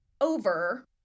over